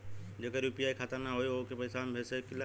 जेकर यू.पी.आई खाता ना होई वोहू के हम पैसा भेज सकीला?